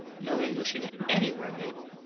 no english in it anywhere, mable.